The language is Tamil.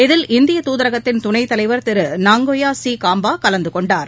இதில் இந்திய தூதரகத்தின் துணை தலைவர் திரு நாங்கொய்யா சி காம்பா கலந்து கொண்டார்